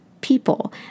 people